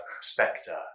Spectre